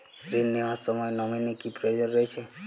ঋণ নেওয়ার সময় নমিনি কি প্রয়োজন রয়েছে?